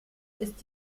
ist